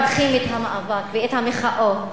אנחנו מברכים את המאבק ואת המחאות